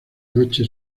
noche